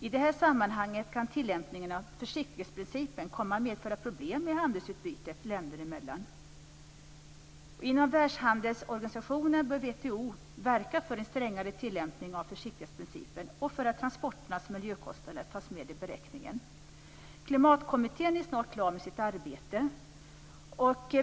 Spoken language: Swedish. I det här sammanhanget kan tillämpningen av försiktighetsprincipen komma att medföra problem i handelsutbytet länder emellan. Världshandelsorganisationen WTO bör verka för en strängare tillämpning av försiktighetsprincipen och för att transporternas miljökostnader tas med i beräkningen. Klimatkommittén är snart klar med sitt arbete.